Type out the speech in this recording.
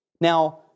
Now